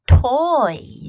toys